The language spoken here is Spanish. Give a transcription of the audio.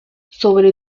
sobre